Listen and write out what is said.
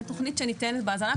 זו תכנית שניתנת בהזנה,